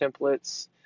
templates